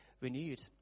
renewed